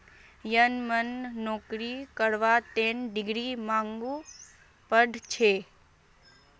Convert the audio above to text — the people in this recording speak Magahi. यनमम नौकरी करवार तने डिग्रीर मांगो बढ़ छेक